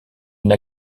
une